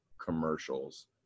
commercials